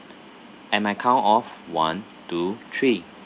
and my count of one two three